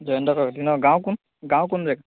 জয়ন্ত কাকতি ন গাঁও কোন গাঁও কোন